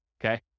okay